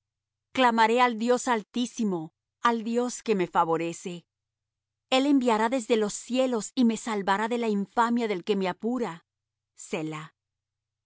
clamaré al dios altísimo al dios que me favorece el enviará desde los cielos y me salvará de la infamia del que me apura